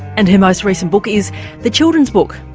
and her most recent book is the children's book,